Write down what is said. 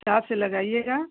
हिसाब से लगाइएगा